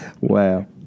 Wow